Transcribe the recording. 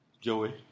Joey